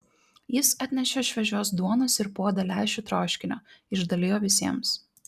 jis atnešė šviežios duonos ir puodą lęšių troškinio išdalijo visiems